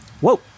Whoa